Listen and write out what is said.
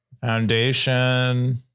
Foundation